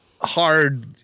hard-